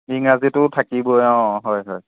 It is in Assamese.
ইংৰাজীটো থাকিবই অঁ হয় হয়